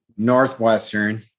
northwestern